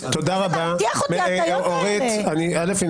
משניים